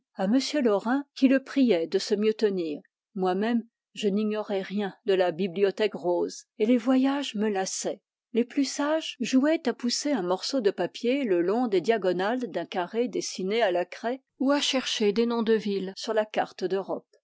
à m laurin qui le priait de se mieux tenir moi-même je n'ignorais rien de la bibliothèque rose et les voyages me lassaient les plus sages jouaient à pousser un morceau de papier le long des diago nales d un carré dessiné à la craie ou à chercher des noms de ville surla carte d'europe